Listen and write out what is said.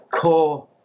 core